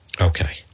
okay